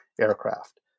aircraft